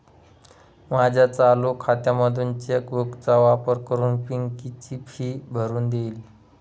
माझ्या चालू खात्यामधून चेक बुक चा वापर करून पिंकी ची फी भरून देईल